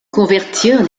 convertir